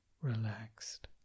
relaxed